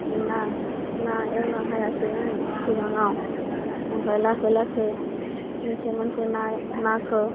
ना ना एवनो हायासै आं सिगाङाव ओमफ्राय लासै लासै मोनसे मोनसे ना नाखौ